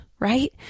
right